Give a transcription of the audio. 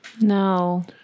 No